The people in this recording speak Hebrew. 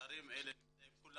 כולם